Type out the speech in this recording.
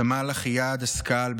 סמל אחיה דסקל,